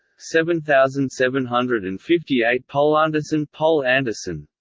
seven thousand seven hundred and fifty eight poulanderson poulanderson